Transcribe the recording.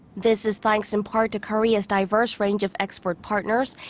this is thanks in part to korea's diverse range of export partners.